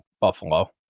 Buffalo